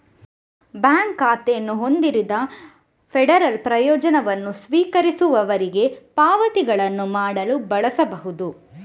bank ಖಾತೆಯನ್ನು ಹೊಂದಿರದ federal ಪ್ರಯೋಜನವನ್ನು ಸ್ವೀಕರಿಸುವವರಿಗೆ ಪಾವತಿಗಳನ್ನು ಮಾಡಲು ಬಳಸಬಹುದು